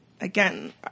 Again